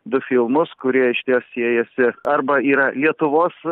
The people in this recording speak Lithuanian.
du filmus kurie išties siejasi arba yra lietuvos